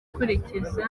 gukurikiza